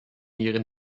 ihren